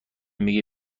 میگه